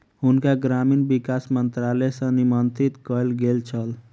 हुनका ग्रामीण विकास मंत्रालय सॅ निमंत्रित कयल गेल छल